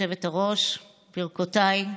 גברתי היושבת-ראש, ברכותיי.